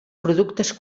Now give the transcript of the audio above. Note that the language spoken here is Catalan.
productes